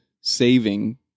saving